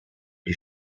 die